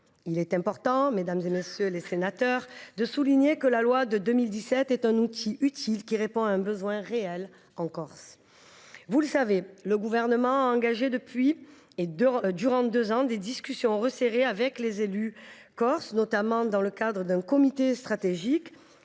Il est important, mesdames, messieurs les sénateurs, de souligner que la loi de 2017 est un outil utile, qui répond à un besoin réel en Corse. Vous le savez, le Gouvernement a engagé durant deux ans des discussions resserrées avec les élus corses, notamment dans le cadre d’un comité stratégique.